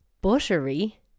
Buttery